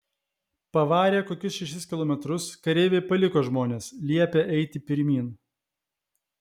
pavarę kokius šešis kilometrus kareiviai paliko žmones liepę eiti pirmyn